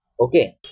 Okay